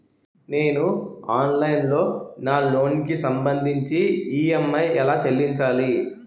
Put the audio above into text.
నేను ఆన్లైన్ లో నా లోన్ కి సంభందించి ఈ.ఎం.ఐ ఎలా చెల్లించాలి?